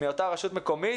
מאותה רשות מקומית,